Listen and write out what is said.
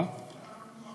אז למה